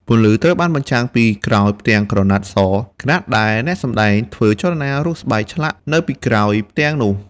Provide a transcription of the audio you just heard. ពន្លឺត្រូវបានបញ្ចាំងពីក្រោយផ្ទាំងក្រណាត់ស ខណៈដែលអ្នកសម្តែងធ្វើចលនារូបស្បែកឆ្លាក់នៅពីក្រោយផ្ទាំងនោះ។